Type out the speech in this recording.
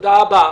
תודה רבה.